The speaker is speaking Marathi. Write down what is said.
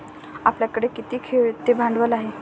आपल्याकडे किती खेळते भांडवल आहे?